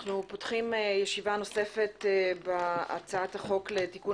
אנחנו פותחים ישיבה נוספת בהצעת החוק לתיקון